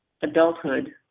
adulthood